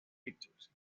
pictures